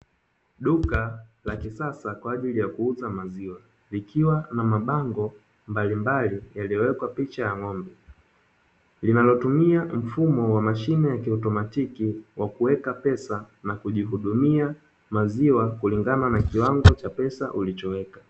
Duka la kisasa kwa ajili ya kuuza maziwa likiwa na mabango mbalimbali yaliyowekwa picha ya ng'ombe, linalotumia mfumo wa mashine ya kiautomatiki wa kuweka pesa na kujihudumia maziwa kulingana na kiwango cha pesa ulichoweka.